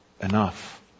enough